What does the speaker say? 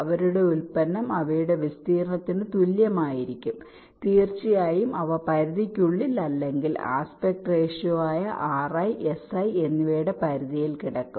അവരുടെ ഉൽപ്പന്നം അവയുടെ വിസ്തീർണ്ണത്തിന് തുല്യമായിരിക്കും തീർച്ചയായും അവ പരിധിക്കുള്ളിൽ അല്ലെങ്കിൽ ആസ്പെക്ട് റേഷ്യോ ആയ ri si എന്നിവയുടെ പരിധിയിൽ കിടക്കും